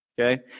Okay